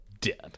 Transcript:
dead